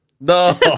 No